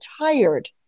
tired